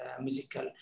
musical